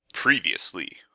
Previously